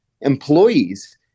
employees